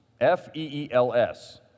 F-E-E-L-S